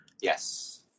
Yes